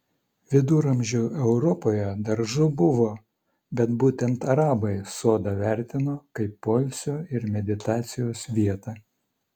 viduramžių europoje daržų buvo bet būtent arabai sodą vertino kaip poilsio ir meditacijos vietą